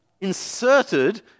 inserted